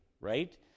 right